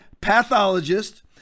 pathologist